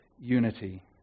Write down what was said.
unity